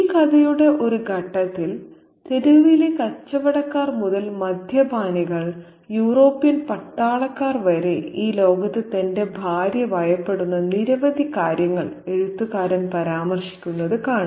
ഈ കഥയുടെ ഒരു ഘട്ടത്തിൽ തെരുവിലെ കച്ചവടക്കാർ മുതൽ മദ്യപാനികൾ യൂറോപ്യൻ പട്ടാളക്കാർ വരെ ഈ ലോകത്ത് തന്റെ ഭാര്യ ഭയപ്പെടുന്ന നിരവധി കാര്യങ്ങൾ എഴുത്തുകാരൻ പരാമർശിക്കുന്നത് കാണാം